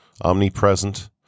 omnipresent